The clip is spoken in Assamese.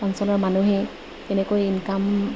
ফাংচনৰ মানুহেই তেনেকৈ ইনকাম